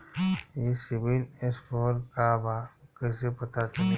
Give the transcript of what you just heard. ई CIBIL score का बा कइसे पता चली?